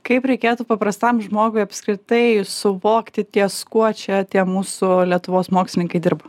kaip reikėtų paprastam žmogui apskritai suvokti ties kuo čia tie mūsų lietuvos mokslininkai dirba